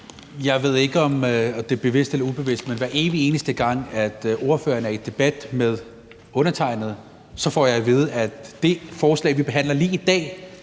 Jeg ved ikke, om det er bevidst eller ubevidst, men hver evig eneste gang ordføreren er i debat med undertegnede, får jeg at vide, at det forslag, vi behandler lige i dag,